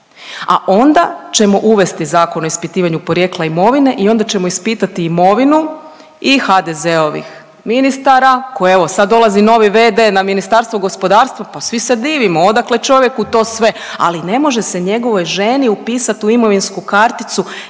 a onda ćemo uvesti Zakon o ispitivanju porijekla imovine i onda ćemo ispitati imovinu i HDZ-ovih ministara koji, evo sad dolazi novi v.d. na Ministarstvo gospodarstva, pa svi se divimo, odakle čovjeku to sve, ali ne može se njegovoj ženi upisat u imovinsku karticu